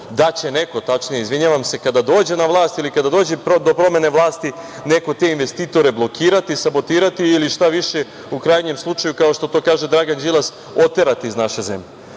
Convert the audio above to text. da će neko kada dođe na vlast ili kada dođe do promene vlasti, neko te investitore blokirati, sabotirati ili šta više u krajnjem slučaju, kao što to kaže Dragan Đilas, oterati iz naše zemlje. Dakle,